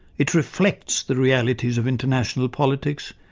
it reflects the realities of international politics,